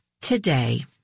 today